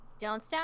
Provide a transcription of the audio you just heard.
Jonestown